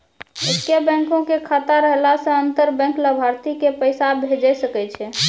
एक्के बैंको के खाता रहला से अंतर बैंक लाभार्थी के पैसा भेजै सकै छै